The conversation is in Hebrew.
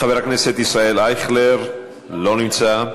חבר הכנסת ישראל אייכלר, לא נמצא,